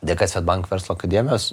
dėka swedbank verslo akademijos